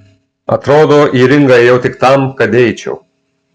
atrodo į ringą ėjau tik tam kad eičiau